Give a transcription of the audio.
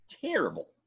Terrible